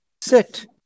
sit